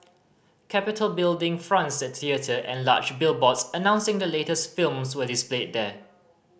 Capitol Building fronts the theatre and large billboards announcing the latest films were displayed there